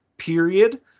period